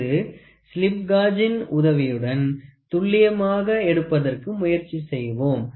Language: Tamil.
அது ஸ்லிப் காஜின் உதவியுடன் துல்லியமாக எடுப்பதற்கு முயற்சி செய்வோம்